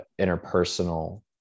interpersonal